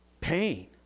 pain